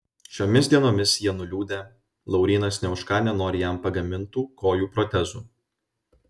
šiomis dienomis jie nuliūdę laurynas nė už ką nenori jam pagamintų kojų protezų